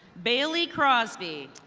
bailey crosby.